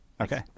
Okay